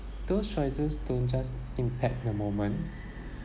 those choices don't just impact the moment